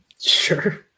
Sure